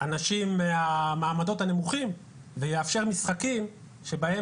אנשים מהמעדות הנמוכים ויאפשר משחקים שבהם